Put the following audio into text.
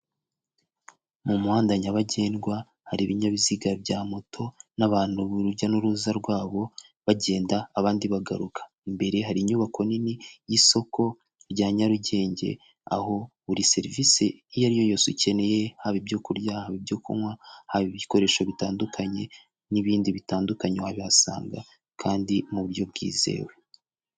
Mu muhanda nyabagendwa, hari ibinyabiziga bya moto n'abantu urujya n'uruza rwabo, bagenda abandi bagaruka. Imbere hari inyubako nini y'isoko rya Nyarugenge, aho buri serivisi iyo ari yose ukeneye haba ibyo kurya, haba ibyo kunywa, haba ibikoresho bitandukanye n'ibindi bitandukanye wabihasanga kandi mu buryo bwizewe.